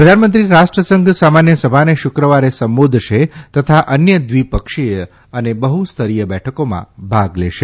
પ્રધાનમંત્રી રાષ્ટ્રસંઘ સામાન્ય સભાને શુક્રવારે સંબોધશે તતા અન્ય દ્વીપક્ષી અને બફસ્તરીય બેઠકોમાં ભાગ લેશે